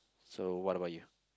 so what about you